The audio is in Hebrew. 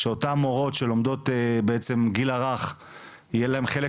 שאותן מורות שלומדות גיל הרך יהיה להן חלק